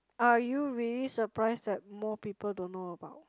are you really surprise that more people don't know about